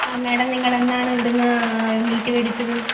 ങാ മാഡം നിങ്ങളെന്നാണ് ഇവിടെ നിന്ന് മീറ്റ് മേടിച്ചത്